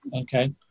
okay